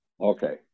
okay